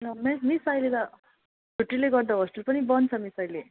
miss अहिले त छुट्टीले गर्दा होस्टेल पनि बन्द छ मिस अहिले